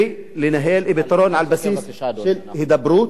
ולנהל פתרון על בסיס של הידברות,